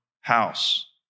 house